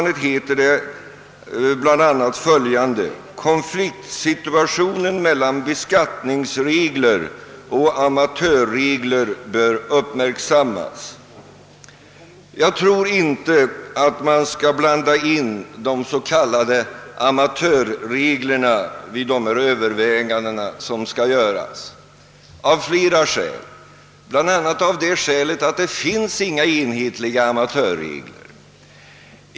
Det heter där bl.a: »Konfliktsituationen mellan beskattningsregler och amatörregler bör därvid uppmärksammas.» Av flera skäl tror jag inte att man skall blanda in de s.k. amatörreglerna vid de överväganden som skall göras; för övrigt finns inga enhetliga amatörregler.